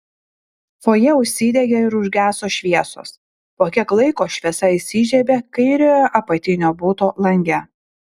fojė užsidegė ir užgeso šviesos po kiek laiko šviesa įsižiebė kairiojo apatinio buto lange